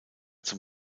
zum